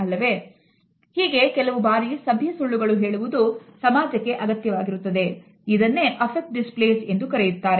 ಉದಾಹರಣೆಯಾಗಿ ಹೇಳಬೇಕೆಂದರೆ ಕೆಲವು ಸಾಮಾಜಿಕ ಸಂದರ್ಭಗಳಲ್ಲಿ ನಾವು ಸಭ್ಯ ಸುಳ್ಳುಗಳನ್ನು ಹೇಳುತ್ತೇವೆ